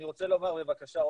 בבקשה,